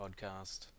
podcast